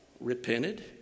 repented